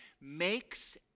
makes